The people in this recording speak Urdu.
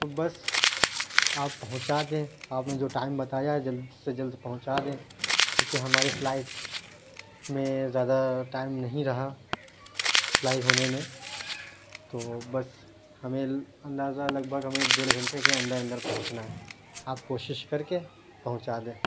تو بس آپ پہنچا دیں آپ نے جو ٹائم بتایا ہے جلد سے جلد پہنچا دیں کیوں کہ ہماری فلائٹ میں زیادہ ٹائم نہیں رہا فلائی ہونے میں تو بس ہمیں اندازہ لگ بھگ ہمیں ڈیڑھ گھنٹے کے اندر اندر پہنچنا ہے آپ کوشش کر کے پہنچا دیں